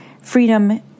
Freedom